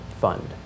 Fund